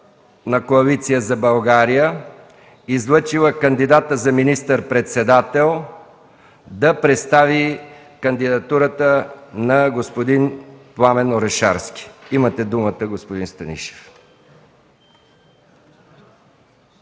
на Коалиция за България, излъчила кандидата за министър-председател, да представи кандидатурата на господин Пламен Орешарски. Имате думата, господин Станишев.